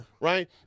Right